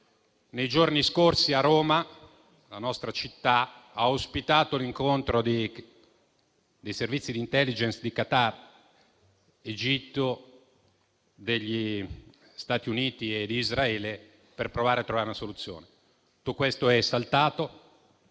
nei giorni scorsi a Roma. La nostra città ha ospitato l'incontro dei servizi di *intelligence* di Qatar, Egitto, Stati Uniti e Israele, per provare a trovare una soluzione. Tutto questo è saltato.